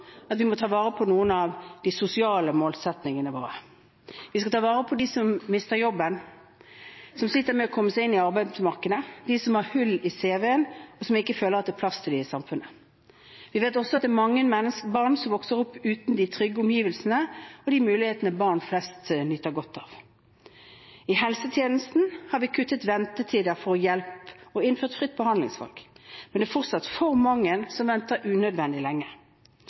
men vi må også ta vare på noen av de sosiale målsettingene våre. Vi skal ta vare på dem som mister jobben, dem som sliter med å komme seg inn i arbeidsmarkedet, dem som har hull i cv-en, og dem som ikke føler at det er plass til dem i samfunnet. Vi vet også at det er mange barn som vokser opp uten de trygge omgivelsene og de mulighetene barn flest nyter godt av. I helsetjenesten har vi kuttet ventetider for hjelp og innført fritt behandlingsvalg, men det er fortsatt for mange som venter unødvendig lenge.